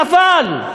אבל.